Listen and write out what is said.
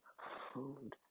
food